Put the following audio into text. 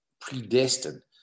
predestined